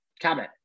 cabinet